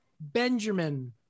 Benjamin